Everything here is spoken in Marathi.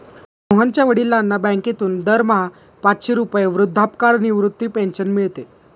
मोहनच्या वडिलांना बँकेतून दरमहा पाचशे रुपये वृद्धापकाळ निवृत्ती पेन्शन मिळते